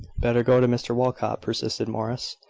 better go to mr walcot, persisted morris.